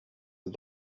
lot